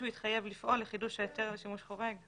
התחייב לפעול לחידוש ההיתר לשימוש חורג.